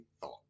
Thought